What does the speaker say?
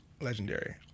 legendary